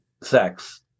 sex